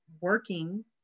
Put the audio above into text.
working